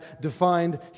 defined